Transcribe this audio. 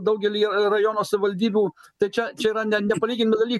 daugelyje rajono savivaldybių tai čia čia yra ne nepalyginami daly